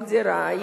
לשכור דירה.